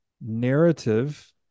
narrative